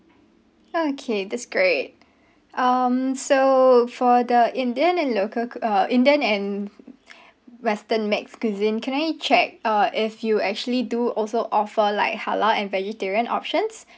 okay that's great um so for the indian and loca~ ca~ uh indian and western mix cuisine can I check uh if you actually do also offer like halal and vegetarian options